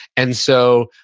and so,